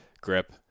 grip